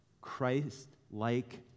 Christ-like